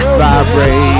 vibrate